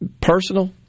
personal